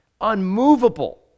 unmovable